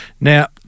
Now